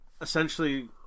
essentially